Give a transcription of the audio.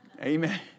Amen